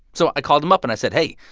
so i called them up. and i said, hey.